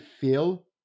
feel